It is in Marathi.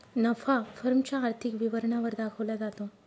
नफा फर्म च्या आर्थिक विवरणा वर दाखवला जातो